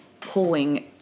pulling